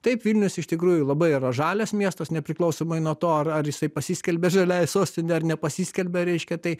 taip vilnius iš tikrųjų labai yra žalias miestas nepriklausomai nuo to ar ar jisai pasiskelbė žaliąja sostine ar nepasiskelbė reiškia tai